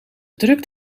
drukt